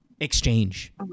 exchange